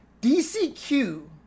DCQ